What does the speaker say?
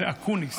זה אקוּניס.